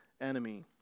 enemy